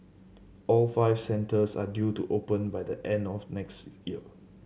all five centres are due to open by the end of next year